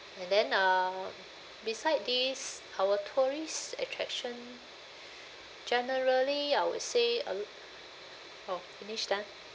and then uh beside these our tourist attraction generally I would say uh oh finish done